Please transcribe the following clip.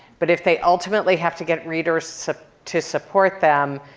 but if they ultimately have to get readers to support them,